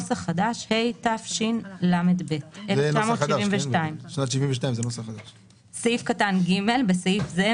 התשל"ב 1972‏. (ג)בסעיף זה,